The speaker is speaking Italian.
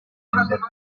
attenderlo